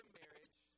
marriage